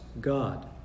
God